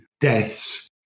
deaths